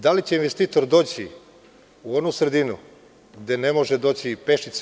Da li će investitor doći u onu sredinu gde ne može doći pešice?